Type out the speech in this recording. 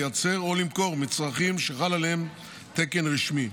לייצר או למכור מצרכים שחל עליהם תקן רשמי,